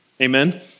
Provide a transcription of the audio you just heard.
Amen